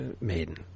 Maiden